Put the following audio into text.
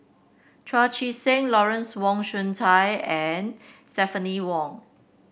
Chu Chee Seng Lawrence Wong Shyun Tsai and Stephanie Wong